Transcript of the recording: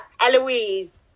Eloise